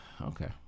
Okay